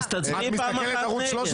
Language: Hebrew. אז תצביעי פעם אחת נגד.